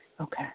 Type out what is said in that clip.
Okay